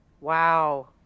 Wow